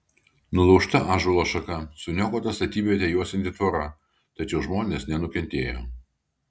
nulaužta ąžuolo šaka suniokota statybvietę juosianti tvora tačiau žmonės nenukentėjo